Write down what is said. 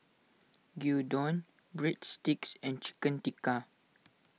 Gyudon Breadsticks and Chicken Tikka